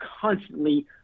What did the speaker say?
constantly